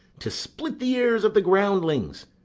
to split the ears of the groundlings,